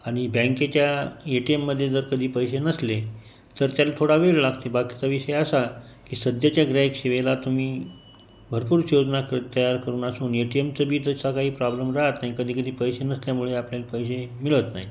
आणि बँकेच्या ए टी एममध्ये जर कधी पैसे नसले तर त्याला थोडा वेळ लागते बाकीचा विषय असा की सध्याच्या ग्राहक सेवेला तुम्ही भरपूर चोजनाकत तयार करून असून ए टी एमचाबी तसा काही प्रॉब्लम रहात नाही कधी कधी पैसे नसल्यामुळे आपल्याला पैसे मिळत नाही